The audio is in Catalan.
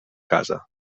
casa